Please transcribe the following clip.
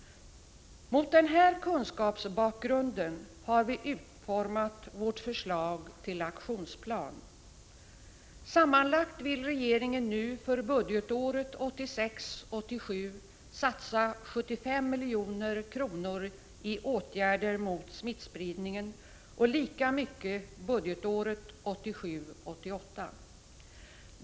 Mot den här kunskapsbakgrunden har vi utformat vårt förslag till aktionsplan. Sammanlagt vill regeringen nu för budgetåret 1986 88.